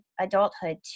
adulthood